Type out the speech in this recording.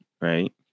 right